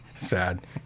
Sad